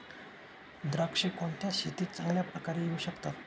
द्राक्षे कोणत्या मातीत चांगल्या प्रकारे येऊ शकतात?